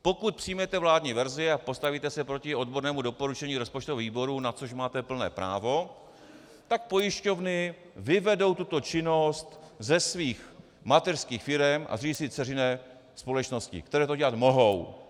Pokud přijmete vládní verzi a postavíte se proti odbornému doporučení rozpočtového výboru, na což máte plné právo, tak pojišťovny vyvedou tuto činnost ze svých mateřských firem a zřídí si dceřiné společnosti, které to dělat mohou.